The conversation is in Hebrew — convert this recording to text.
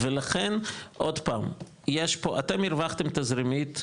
ולכן, עוד פעם, אתם הרווחתם תזרימית סבבה,